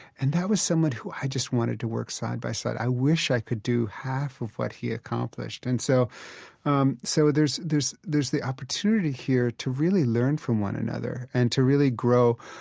and that was someone who i just wanted to work side by side. i wish i could do half of what he accomplished and so um so there's there's the opportunity here to really learn from one another and to really grow.